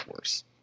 worse